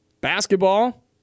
basketball